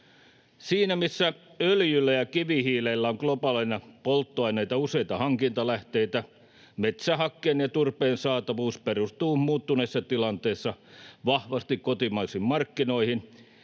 Siinä, missä öljyllä ja kivihiilellä on globaaleina polttoaineina useita hankintalähteitä, metsähakkeen ja turpeen saatavuus perustuu muuttuneessa tilanteessa vahvasti kotimaisiin markkinoihin,